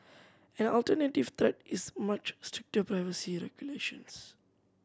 an alternative threat is much stricter privacy regulation